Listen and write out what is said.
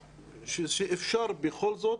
שאפשר בכל זאת,